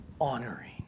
honoring